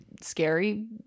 scary